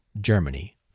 Germany